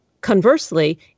conversely